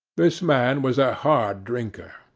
this man was a hard drinker.